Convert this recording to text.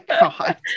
God